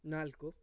ನಾಲ್ಕು